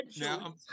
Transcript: now